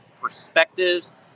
perspectives